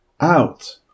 out